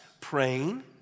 praying